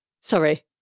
Sorry